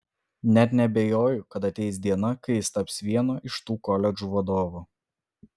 net neabejoju kad ateis diena kai jis taps vieno iš tų koledžų vadovu